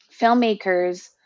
filmmakers